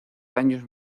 daños